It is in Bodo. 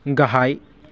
गाहाय